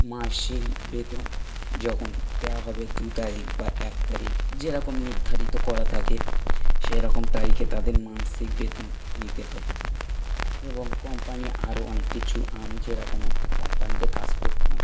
মাসিক বেতন যখন দেওয়া হবে দু তারিখ বা এক তারিখ যেরকম নির্ধারিত করা থাকে সেরকম তারিখে তাদের মাসিক বেতন নিতে হবে এবং কোম্পানি আরও অনেক কিছু আমি যেরকম একটা কোম্পানিতে কাজ করতাম